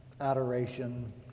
adoration